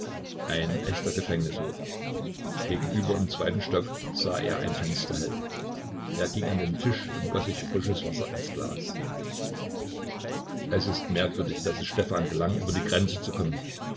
ein echter gefängnishof gegenüber im zweiten stock sah er ein fenster hell er ging an den tisch und goß sich frisches wasser ins glas es ist merkwürdig daß es stefan gelang über die grenze zu kommen